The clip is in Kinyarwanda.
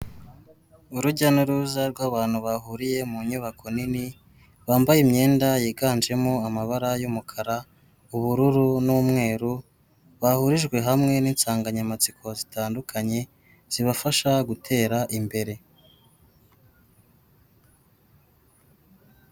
Urujya n'uruza rw'abantu bahuriye mu nyubako nini, bambaye imyenda yiganjemo amabara y'umukara, ubururu, n'umweru, bahurijwe hamwe n'insanganyamatsiko zitandukanye zibafasha gutera imbere.